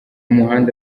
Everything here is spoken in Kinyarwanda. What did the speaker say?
muhanda